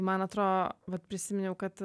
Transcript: man atrodo vat prisiminiau kad